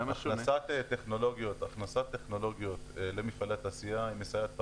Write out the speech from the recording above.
הכנסת טכנולוגיות למפעלי תעשייה מסייעת פעמיים: